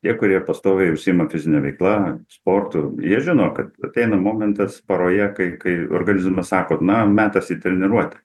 tie kurie pastoviai užsiima fizine veikla sportu jie žino kad ateina momentas paroje kai kai organizmas sako na metas į treniruotę